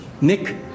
Nick